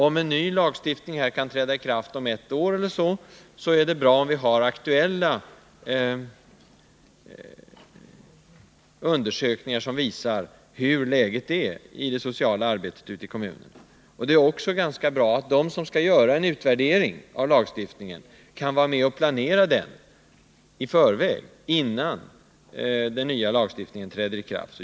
När en ny lagstiftning träder i kraft om något år, är det bra om vi har aktuella undersökningar som visar hur läget är när det gäller det sociala arbetet ute i kommunerna. Det är också bra om de som skall studera hur lagstiftningen fungerar, kan vara med och planera utvärderingen i förväg, innan den nya lagen träder i kraft.